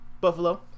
Buffalo